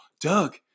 Doug